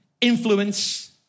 influence